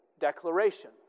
declaration